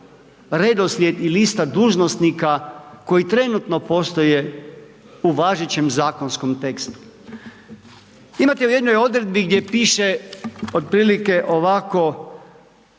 redoslijed i lista dužnosnika koji trenutno postoje u važećem zakonskom tekstu. Imate u jednoj odredbi gdje piše otprilike ovako,